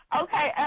Okay